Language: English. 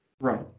Right